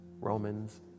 Romans